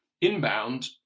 inbound